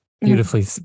beautifully